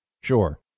Sure